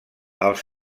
els